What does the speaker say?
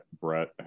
Brett